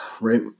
right